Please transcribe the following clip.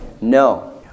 No